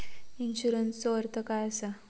इन्शुरन्सचो अर्थ काय असा?